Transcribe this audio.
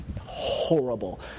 horrible